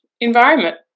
environment